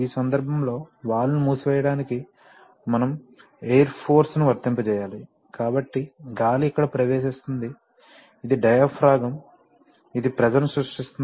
ఈ సందర్భంలో వాల్వ్ను మూసివేయడానికి మనం ఎయిర్ ఫోర్స్ ను వర్తింపజేయాలి కాబట్టి గాలి ఇక్కడ ప్రవేశిస్తుంది ఇది డయాఫ్రాగమ్ ఇది ప్రెషర్ ని సృష్టిస్తుంది